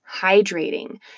hydrating